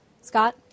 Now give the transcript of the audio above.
Scott